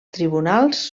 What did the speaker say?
tribunals